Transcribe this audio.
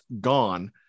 gone